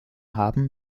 haben